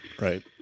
right